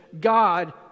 God